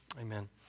Amen